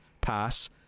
pass